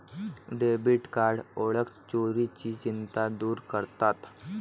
debit card ओळख चोरीची चिंता दूर करतात